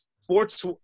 sports